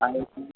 anniversary